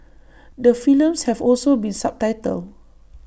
the films have also been subtitled